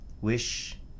wish